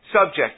subject